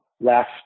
left